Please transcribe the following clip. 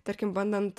tarkim bandant